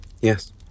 Yes